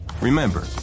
Remember